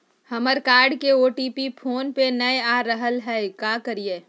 हमर कार्ड के OTP phone पे नई आ रहलई हई, का करयई?